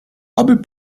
aby